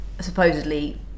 supposedly